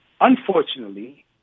unfortunately